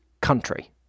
Country